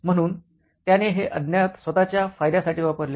म्हणूनच त्याने हे अज्ञात स्वतःच्या फायद्यासाठी वापरले